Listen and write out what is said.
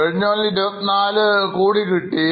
കഴിഞ്ഞകൊല്ലം 24 കോടി കിട്ടി